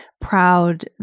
proud